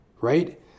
right